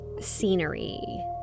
scenery